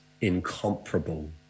incomparable